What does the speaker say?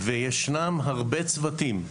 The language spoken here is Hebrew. וישנם הרבה צוותים,